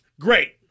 Great